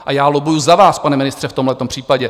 A já lobbuji za vás, pane ministře, v tomhle případě.